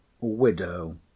widow